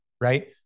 right